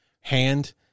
hand